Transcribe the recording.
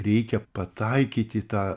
reikia pataikyt į tą